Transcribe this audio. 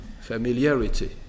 familiarity